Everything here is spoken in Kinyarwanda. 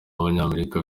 abanyamerika